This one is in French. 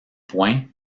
point